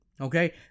Okay